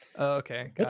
okay